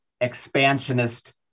expansionist